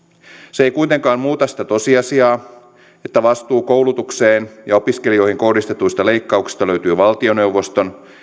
se ei kuitenkaan muuta sitä tosiasiaa että vastuu koulutukseen ja opiskelijoihin kohdistetuista leikkauksista löytyy valtioneuvoston